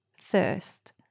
thirst